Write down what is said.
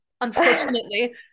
Unfortunately